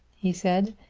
he said,